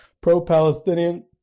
pro-Palestinian